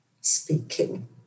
speaking